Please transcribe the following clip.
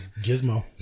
gizmo